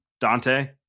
Dante